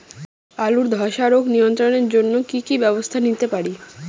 আলুর ধ্বসা রোগ নিয়ন্ত্রণের জন্য কি কি ব্যবস্থা নিতে পারি?